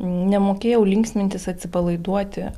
nemokėjau linksmintis atsipalaiduoti